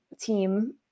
team